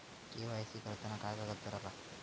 KYC करताना काय कागदपत्रा लागतत?